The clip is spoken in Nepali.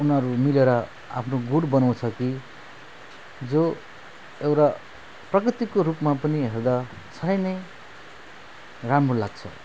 उनीहरू मिलेर आफ्नो गुँड बनाउँछ कि जो एउटा प्रकृतिको रूपमा पनि हेर्दा साह्रै नै राम्रो लाग्छ